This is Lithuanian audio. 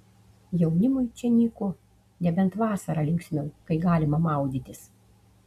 jaunimui čia nyku nebent vasarą linksmiau kai galima maudytis